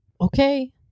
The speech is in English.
Okay